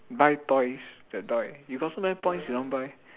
buy toys that toy you got so many points you don't buy